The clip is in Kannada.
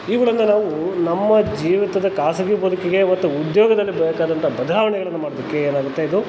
ಇವುಗಳನ್ನ ನಾವು ನಮ್ಮ ಜೀವಿತದ ಖಾಸಗಿ ಬದುಕಿಗೆ ಮತ್ತು ಉದ್ಯೋಗದಲ್ಲಿ ಬೇಕಾದಂಥ ಬದಲಾವಣೆಗಳನ್ನು ಮಾಡೋದಕ್ಕೆ ಏನಾಗುತ್ತೆ ಇದು